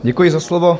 Děkuji za slovo.